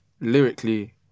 lyrically